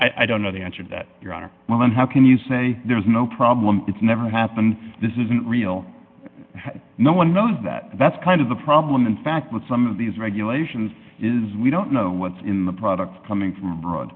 existed i don't know the answer to that your honor well then how can you say there's no problem it's never happened this isn't real no one knows that that's kind of the problem in fact what some of these regulations is we don't know what's in the products coming from abroad